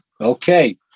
Okay